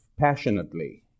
passionately